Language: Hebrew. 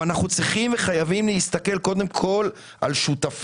אבל אנחנו גם צריכים וחייבים להסתכל על חברים